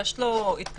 זה בכוונה כתוב כך?